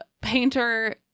Painter